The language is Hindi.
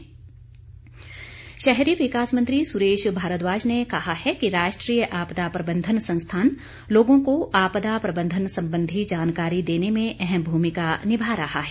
सुरेश भारद्वाज शहरी विकास मंत्री सुरेश भारद्वाज ने कहा है कि राष्ट्रीय आपदा प्रबंधन संस्थान लोगों को आपदा प्रबंधन संबंधी जानकारी देने में अहम भूमिका निभा रहा है